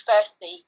firstly